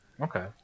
Okay